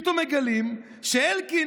פתאום מגלים שאלקין,